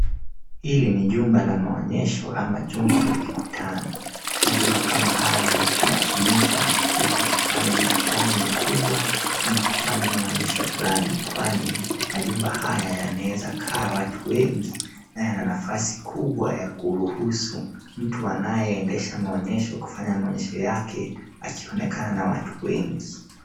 Hili ni jumba la maonyesho ama jumba la mikutano. Majumba kama haya yanatumika katika kufanya mikutano mikubwa ama kufanya maonyesho fulani, kwani majumba haya yanaweza kaa watu wengi na yana nafasi kubwa ya kuruhusu mtu anayeendesha maonyesho kufanya maonyesho yake akionekana na watu wengi.